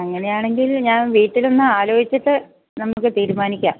അങ്ങനെ ആണെങ്കിൽ ഞാൻ വീട്ടിലൊന്ന് ആലോചിച്ചിട്ട് നമുക്കു തീരുമാനിക്കാം